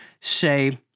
say